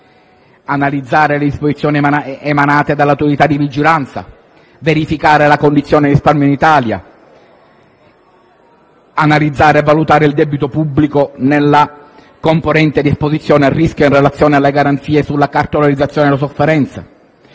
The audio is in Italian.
analizzare le disposizioni emanate dalle Autorità di vigilanza; verificare la condizione del risparmio in Italia; analizzare e valutare il debito pubblico nella componente di esposizione al rischio in relazione alle garanzie sulla cartolarizzazione delle sofferenze;